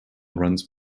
runs